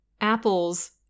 apples